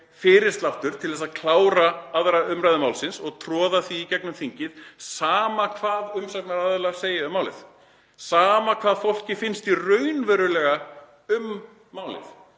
fyrirsláttur til að klára 2. umr. málsins og troða því í gegnum þingið, sama hvað umsagnaraðilar segja um málið, sama hvað fólki finnst raunverulega um málið,